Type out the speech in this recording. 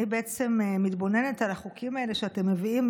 אני בעצם מתבוננת על החוקים האלה שאתם מביאים,